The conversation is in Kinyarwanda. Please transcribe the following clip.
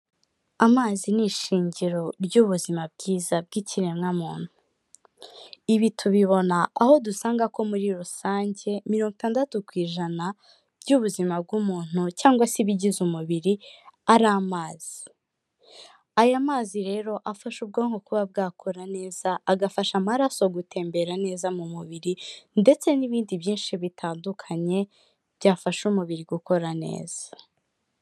Amazi ni ishingiro ry'ubuzima bwiza bw'ikiremwa muntu. Ibi tubibona aho dusanga ko muri rusange, mirongo itandatu ku ijana, by'ubuzima bw'umuntu cyangwa se ibigize umubiri ari amazi. Aya mazi rero afasha ubwonko kuba bwakora neza, agafasha amaraso gutembera neza mu mubiri, ndetse n'ibindi byinshi bitandukanye, byafasha umubiri gukora neza.